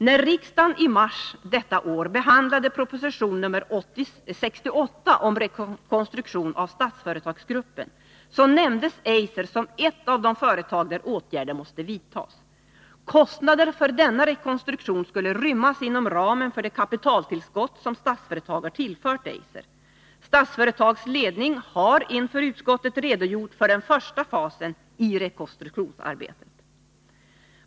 När riksdagen i mars detta år behandlade proposition nr 68 om rekonstruktion av Statsföretagsgruppen nämndes Eiser som ett av de företag där åtgärder måste vidtas. Kostnaderna för denna rekonstruktion skulle rymmas inom ramen för det kapitaltillskott som Statsföretag har tillfört Eiser. Statsföretags ledning har inför utskottet redogjort för den första fasen i rekonstruktionsarbetet.